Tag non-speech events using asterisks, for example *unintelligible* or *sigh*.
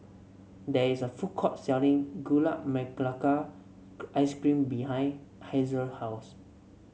there is a food court selling gula *unintelligible* ice cream behind Hazelle house